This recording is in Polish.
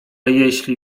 jeśli